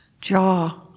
jaw